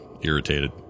irritated